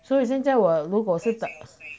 所以现在我如果是等